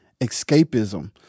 escapism